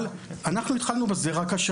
אבל אנחנו התחלנו בזה רק השנה.